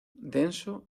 denso